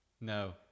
No